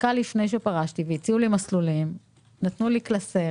דקה לפני שפרשתי והציעו לי מסלולים נתנו לי קלסר